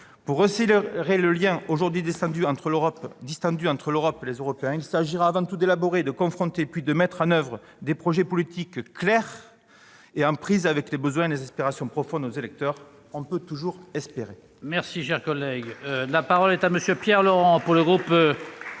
Pour resserrer le lien aujourd'hui distendu entre l'Europe et les Européens, il s'agira avant tout d'élaborer, de confronter puis de mettre en oeuvre des projets politiques clairs et en prise avec les besoins et les aspirations profondes des électeurs. On peut toujours espérer